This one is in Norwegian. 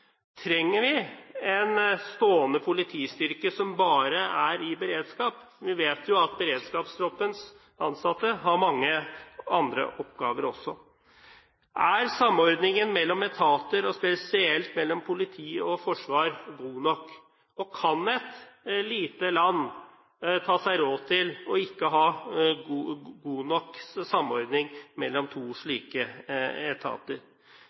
Trenger vi en stående politistyrke som bare er i beredskap? Vi vet jo at Beredskapstroppens ansatte har mange andre oppgaver også. Er samordningen mellom etater, og spesielt mellom politi og forsvar, god nok? Og kan et lite land ta seg råd til ikke å ha god nok samordning mellom to slike etater?